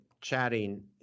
chatting